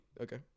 Okay